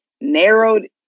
narrowed